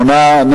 8,